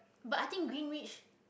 but i think greenwich